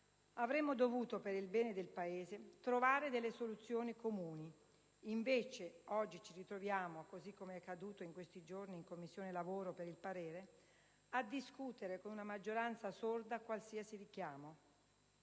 Avremmo dovuto, per il bene del Paese, trovare delle soluzioni comuni, invece oggi ci ritroviamo - così come è accaduto in questi giorni in Commissione lavoro per il parere - a discutere con una maggioranza sorda a qualsiasi richiamo.